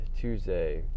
Tuesday